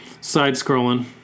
side-scrolling